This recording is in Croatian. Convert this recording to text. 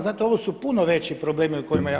Znate, ovo su puno veći problemi o kojima ja